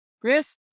Chris